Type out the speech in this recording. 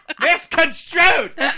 Misconstrued